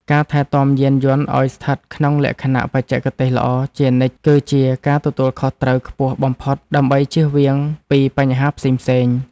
ការថែទាំយានយន្តឱ្យស្ថិតក្នុងលក្ខណៈបច្ចេកទេសល្អជានិច្ចគឺជាការទទួលខុសត្រូវខ្ពស់បំផុតដើម្បីជៀសវាងពីបញ្ហាផ្សេងៗ។